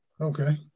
Okay